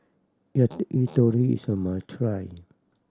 yakitori is a must try